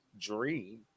dream